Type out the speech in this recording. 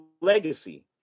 legacy